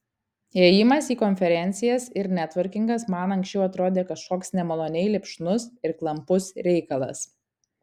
ėjimas į konferencijas ir netvorkingas man anksčiau atrodė kažkoks nemaloniai lipšnus ir klampus reikalas